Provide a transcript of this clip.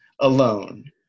alone